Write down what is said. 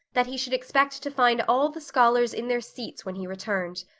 that he should expect to find all the scholars in their seats when he returned.